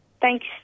Thanks